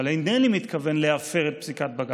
אבל אינני מתכוון להפר את פסיקת בג"ץ.